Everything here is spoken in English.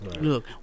Look